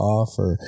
offer